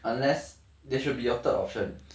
unless there should be a third option